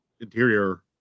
interior